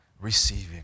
receiving